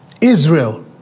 Israel